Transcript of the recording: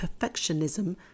perfectionism